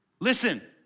Listen